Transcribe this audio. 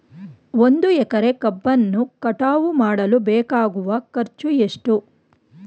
ಒಂದು ಎಕರೆ ಕಬ್ಬನ್ನು ಕಟಾವು ಮಾಡಲು ಬೇಕಾಗುವ ಖರ್ಚು ಎಷ್ಟು?